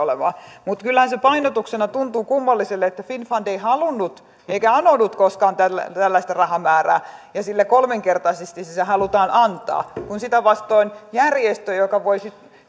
olemaan mutta kyllähän se painotuksena tuntuu kummalliselle että finnfund ei halunnut eikä anonut koskaan tällaista rahamäärää ja sille kolminkertaisesti sitä halutaan antaa kun sitä vastoin järjestölle joka voisi